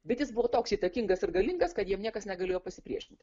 bet jis buvo toks įtakingas ir galingas kad jam niekas negalėjo pasipriešinti